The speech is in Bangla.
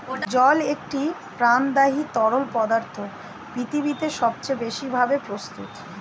জল একটি প্রাণদায়ী তরল পদার্থ পৃথিবীতে সবচেয়ে বেশি ভাবে প্রস্তুত